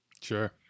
Sure